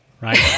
right